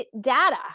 data